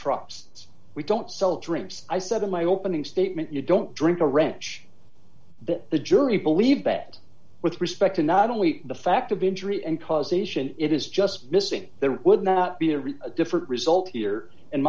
trucks we don't sell drinks i said in my opening statement you don't drink a wrench that the jury believes bad with respect to not only the fact of injury and causation it is just missing there would not be a real different result here and